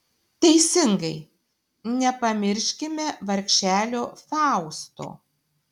teisingai nepamirškime vargšelio fausto